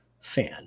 fan